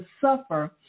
suffer